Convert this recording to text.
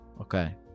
Okay